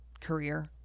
career